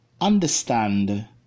understand